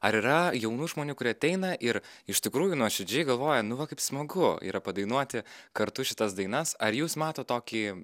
ar yra jaunų žmonių kurie ateina ir iš tikrųjų nuoširdžiai galvoja nu va kaip smagu yra padainuoti kartu šitas dainas ar jūs matot tokį